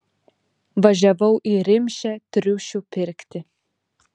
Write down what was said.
važiavau į rimšę triušių pirkti